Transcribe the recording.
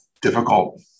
difficult